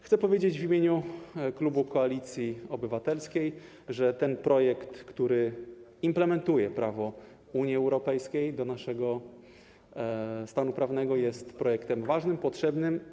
Chcę powiedzieć w imieniu klubu Koalicji Obywatelskiej, że ten projekt, który implementuje prawo Unii Europejskiej do naszego porządku prawnego, jest projektem ważnym, potrzebnym.